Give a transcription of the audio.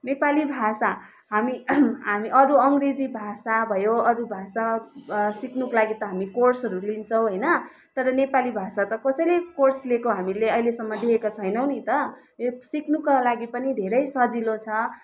नेपाली भाषा हामी हामी अरु अङ्ग्रेजी भाषा भयो अरू भाषा सिक्नुको लागि त हामी कोर्सहरू लिन्छौँ होइन तर नेपाली भाषा त कसैले कोर्स लिएको हामीले अहिलेसम्म देखेको छैनौँ नि त यो सिक्नुको लागि पनि धेरै सजिलो छ